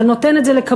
אבל נותן את זה לקבלנים,